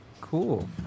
cool